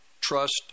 trust